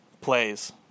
plays